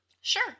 Sure